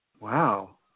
Wow